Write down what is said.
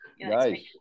Nice